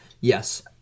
Yes